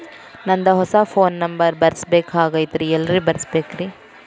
ನಂದ ಹೊಸಾ phone number ಬರಸಬೇಕ್ ಆಗೈತ್ರಿ ಎಲ್ಲೆ ಬರಸ್ಬೇಕ್ರಿ?